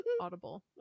audible